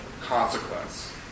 consequence